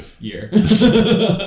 year